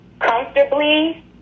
Comfortably